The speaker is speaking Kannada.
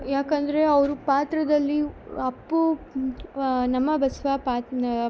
ಯಾಕಂದರೆ ಅವರು ಪಾತ್ರದಲ್ಲಿಯು ಅಪ್ಪು ನಮ್ಮ ಬಸವ ಪಾತ್ನ್